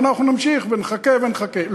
ואנחנו נמשיך ונחכה ונחכה.